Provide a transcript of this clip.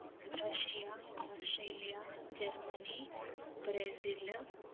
Russia Australia Germany Brazil